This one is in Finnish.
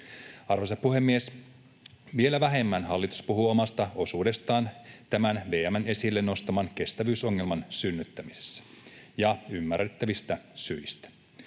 Arvoisa puhemies! Vielä vähemmän hallitus puhuu omasta osuudestaan tämän VM:n esille nostaman kestävyysongelman synnyttämisessä, ja ymmärrettävistä syistä.